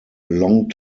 long